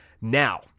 Now